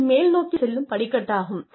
இது மேல்நோக்கி செல்லும் படிக்கட்டாகும்